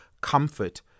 comfort